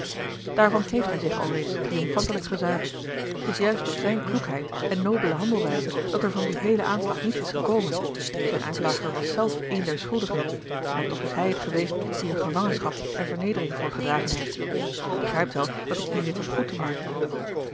daarvan heeft hij zich alreeds triomfantelijk gezuiverd t is juist door zijne kloekheid en nobele handelwijze dat er van dien heelen aanslag niets is gekomen zijn aanklager was zelf osboom oussaint een der schuldigen en toch is hij het geweest die er gevangenschap en vernedering voor gedragen heeft gij begrijpt wel dat ik hier iets heb goed te maken